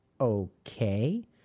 Okay